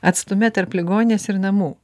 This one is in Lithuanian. atstume tarp ligoninės ir namų